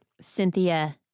Cynthia